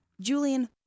Julian